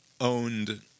owned